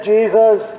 Jesus